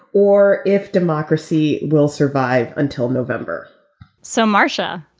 or if democracy will survive until november so, marcia,